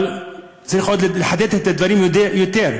אבל צריך עוד לחדד את הדברים יותר,